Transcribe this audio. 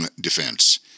defense